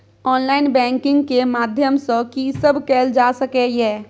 Online banking के माध्यम सं की सब कैल जा सके ये?